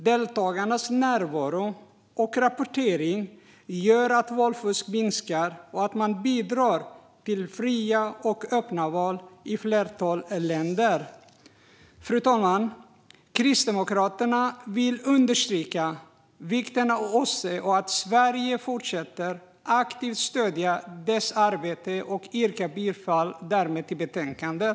Delegaternas närvaro och rapportering gör att valfusk minskar, och man bidrar till fria och öppna val i ett flertal länder. Fru talman! Kristdemokraterna vill understryka vikten av OSSE och av att Sverige fortsätter att aktivt stödja dess arbete. Jag yrkar därmed bifall till utskottets förslag i betänkandet.